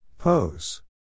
Pose